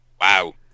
Wow